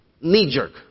knee-jerk